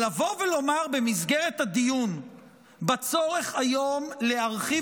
אבל לבוא ולומר במסגרת הדיון בצורך להרחיב